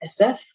SF